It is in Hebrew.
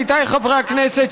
עמיתיי חברי הכנסת,